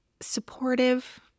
supportive